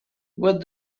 what